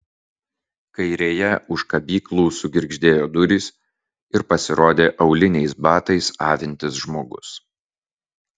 kairėje už kabyklų sugirgždėjo durys ir pasirodė auliniais batais avintis žmogus